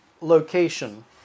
location